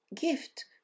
gift